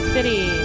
City